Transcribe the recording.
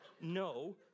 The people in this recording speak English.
No